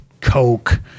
Coke